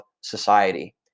society